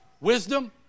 wisdom